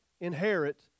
inherit